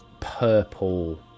purple